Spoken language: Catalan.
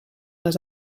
les